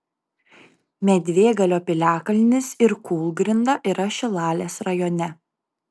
medvėgalio piliakalnis ir kūlgrinda yra šilalės rajone